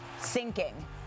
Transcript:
sinking